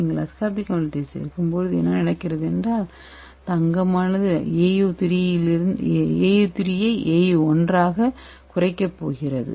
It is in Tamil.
நீங்கள் அஸ்கார்பிக் அமிலத்தைச் சேர்க்கும்போது என்ன நடக்கிறது என்றால் அது தங்க Au3 ஐ Au 1 ஆகக் குறைக்கப் போகிறது